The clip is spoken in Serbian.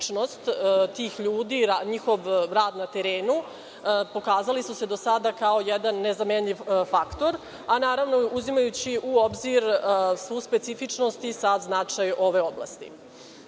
tih ljudi i njihov rad na terenu, pokazali su se do sada kao jedan nezamenjiv faktor, a naravno uzimajući u obzir svu specifičnost i sav značaj ove oblasti. Na